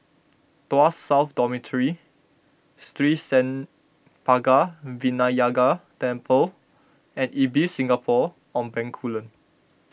Tuas South Dormitory Sri Senpaga Vinayagar Temple and Ibis Singapore on Bencoolen